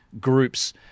groups